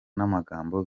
n’amagambo